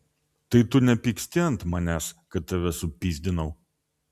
tai tu nepyksti ant manęs kad tave supyzdinau